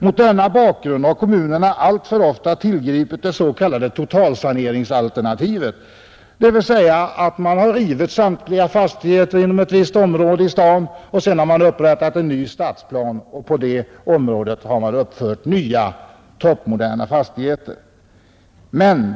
Mot denna bakgrund har kommunerna alltför ofta tillgripit det s.k. totalsaneringsalternativet, dvs. man har rivit samtliga fastigheter inom ett visst område i staden, och sedan har man upprättat en ny stadsplan och uppfört nya toppmoderna fastigheter i området.